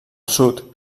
sud